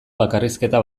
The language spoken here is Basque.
bakarrizketa